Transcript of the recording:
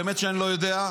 באמת שאני לא יודע,